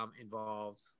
involved